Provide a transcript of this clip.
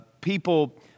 People